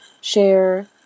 share